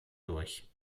durch